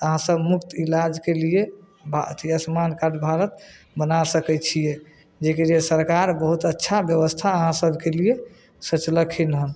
तऽ अहाँसभ मुफ्त इलाजके लिए अथी आयुष्मान कार्ड भारत बना सकै छिए जेकि जे सरकार बहुत अच्छा बेबस्था अहाँसभके लिए सोचलखिन हन